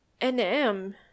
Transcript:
nm